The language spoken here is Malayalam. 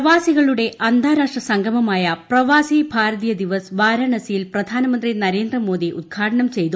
പ്രവാസികളുടെ അന്താരാഷ്ട്രസംഗമായ പ്രവാസി ഭാരതീയ ദിവസ് വാരണാസിയിൽ പ്രധാനമന്ത്രി നരേന്ദ്രമോദി ഉദ്ഘാടനം ചെയ്തു